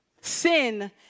Sin